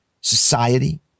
society